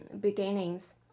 beginnings